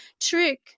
Trick